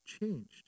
changed